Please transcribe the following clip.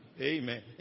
Amen